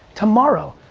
tomorrow.